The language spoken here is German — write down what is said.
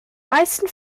meisten